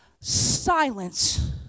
silence